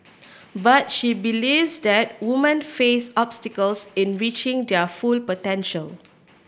but she believes that woman face obstacles in reaching their full potential